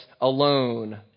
alone